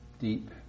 deep